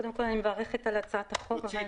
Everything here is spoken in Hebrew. קודם כול, אני מברכת על הצעת החוק.